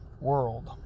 world